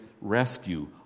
rescue